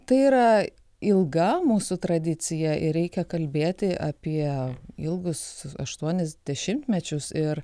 tai yra ilga mūsų tradicija ir reikia kalbėti apie ilgus aštuonis dešimtmečius ir